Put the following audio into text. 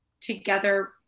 together